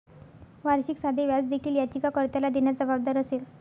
वार्षिक साधे व्याज देखील याचिका कर्त्याला देण्यास जबाबदार असेल